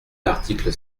l’article